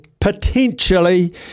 potentially